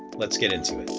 let's get into it.